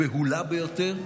הבהולה ביותר,